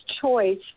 choice